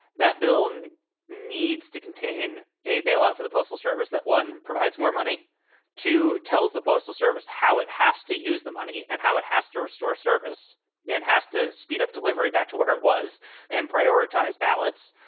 that bill and needs to contain a bailout for the postal service, that one provides more money to tells the postal service how it has to use the money and how it has to restore service and has to speed up delivery back to where it was and prioritize ballots.